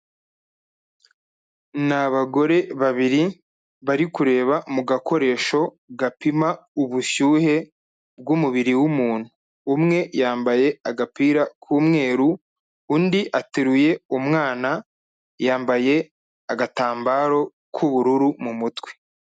Ni abagore babiri bari kureba mu gakoresho gapima ubushyuhe bw'umubiri w'umuntu, umwe yambaye agapira k'umweru, undi ateruye umwana yambaye agatambaro k'ubururu mu mutwe.